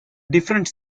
different